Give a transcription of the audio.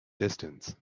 distance